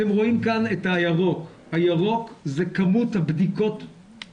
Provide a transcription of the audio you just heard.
אתם רואים כאן את העמודות הירוקות שזה כמות הבדיקות במדינת ישראל.